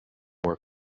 more